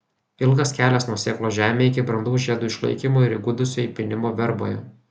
ilgas kelias nuo sėklos žemėje iki brandaus žiedo išlaikymo ir įgudusio įpynimo verboje